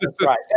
right